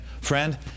Friend